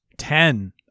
Ten